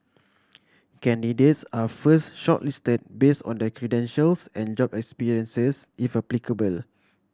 candidates are first shortlisted base on their credentials and job experiences if applicable